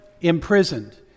imprisoned